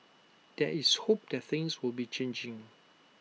there is hope that things will be changing